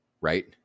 right